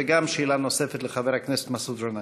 וגם שאלה נוספת לחבר הכנסת מסעוד גנאים.